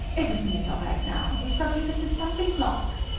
everything is all right now. we've got rid of the stumbling block.